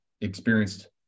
experienced